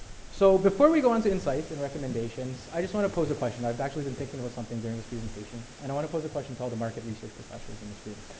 so before we go on to insights and recommendations, i just wanna pose a question. i've actually been thinking about something during this presentation and i wanna pose a question to all the market research professionals in this room.